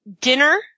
Dinner